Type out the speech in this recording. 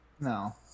No